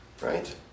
Right